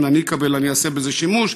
אם אני אקבל אני אעשה בזה שימוש.